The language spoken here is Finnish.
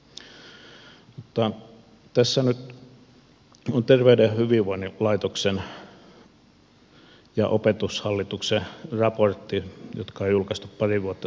tässä nyt on terveyden ja hyvinvoinnin laitoksen ja opetushallituksen raportti joka on julkaistu pari vuotta sitten